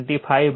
25 0